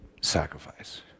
sacrifice